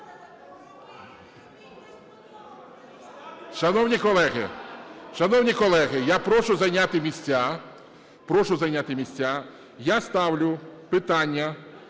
Шановні колеги, я прошу зайняти місця. Ставиться